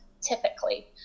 typically